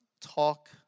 talk